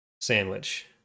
sandwich